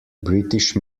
british